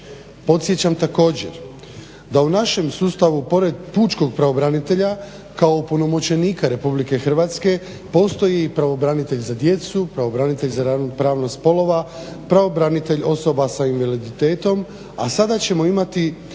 Podsjećam također da u našem sustavu pored pučkog pravobranitelja kao opunomoćenika RH postoji i pravobranitelj za djecu, pravobranitelj za ravnopravnost spolova, pravobranitelj osoba sa invaliditetom a sada ćemo imati